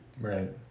Right